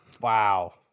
Wow